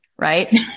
right